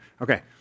Okay